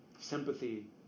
Sympathy